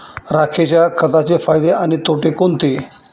राखेच्या खताचे फायदे आणि तोटे कोणते?